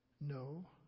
No